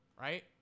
right